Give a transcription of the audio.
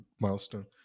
milestone